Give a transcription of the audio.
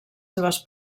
seves